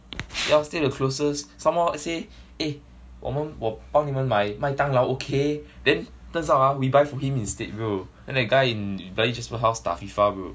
you all stay the closest somehow let's say eh 我们我帮你们买麦当劳 okay then turns out ah we buy for him instead bro then that guy in bloody jasper house 打 FIFA bro